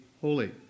holy